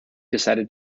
decided